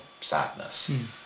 sadness